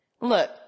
Look